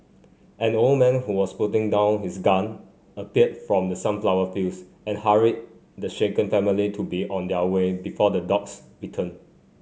an old man who was putting down his gun appeared from the sunflower fields and hurried the shaken family to be on their way before the dogs return